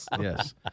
Yes